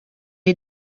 est